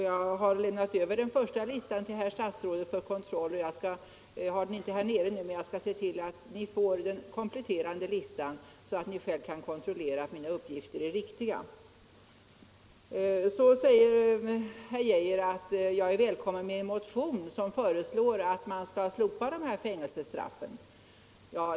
Jag har lämnat över den första listan till herr statsrådet för kontroll, och jag skall se till att ni får den kompletterade listan så att ni själv kan kontrollera att mina uppgifter är riktiga. Herr Geijer säger att jag är välkommen med en motion som föreslår att man skall slopa dessa fängelsestraff.